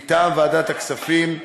מטעם ועדת הכספים,